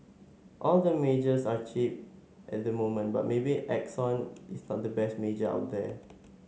all the majors are cheap at the moment but maybe Exxon is not the best major out there